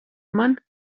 man